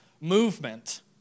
movement